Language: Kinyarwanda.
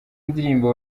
ndirimbo